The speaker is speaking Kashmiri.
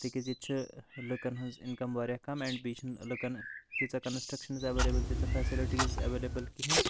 تِکیازِ ییٚتہِ چھِ لُکَن ہٕنز اِنکَم واریاہ کَم اینڈ بیٚیہِ چھِنہٕ لُکَن تیٖژاہ کَنَسٹرکشَنز ایویلیبٕل کیٚنٛہہ تیٖژاہ فیسَلٹیٖز ایویلیبٕل کِہیٖنۍ